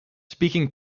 speaking